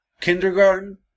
Kindergarten